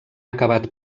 acabat